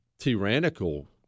tyrannical